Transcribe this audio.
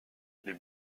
les